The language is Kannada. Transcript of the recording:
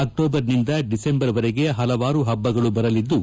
ಅಕ್ಟೋಬರ್ನಿಂದ ಡಿಸೆಂಬರ್ ವರೆಗೆ ಹಲವಾರು ಹಬ್ಬಗಳು ಬರಲಿದ್ದು